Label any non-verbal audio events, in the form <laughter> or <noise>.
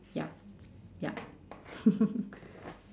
ya ya <laughs>